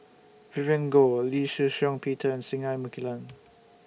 Vivien Goh Lee Shih Shiong Peter Singai Mukilan